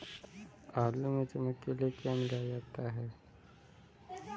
आलू में चमक के लिए क्या मिलाया जाता है?